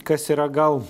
kas yra gal